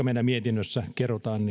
meidän mietinnössämme kerrotaan